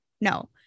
no